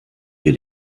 wir